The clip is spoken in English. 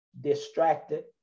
distracted